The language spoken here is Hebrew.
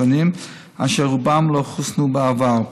אשר רובם לא חוסנו בעבר,